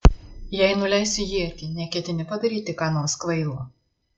jei nuleisiu ietį neketini padaryti ką nors kvailo